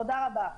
תודה רבה.